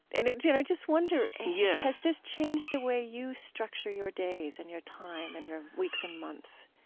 and it, you know, i just wonder yeah has this changed the way you structure your days and your time, and your weeks and months?